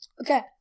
Okay